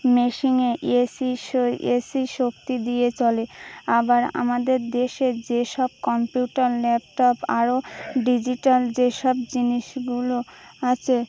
মেশিনে AC AC শক্তি দিয়ে চলে আবার আমাদের দেশে যেসব কম্পিউটার ল্যাপটপ আরও ডিজিটাল যেসব জিনিসগুলো আছে